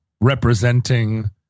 representing